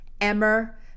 emmer